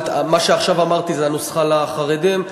מה שעכשיו אמרתי זה הנוסחה לחרדים,